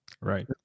right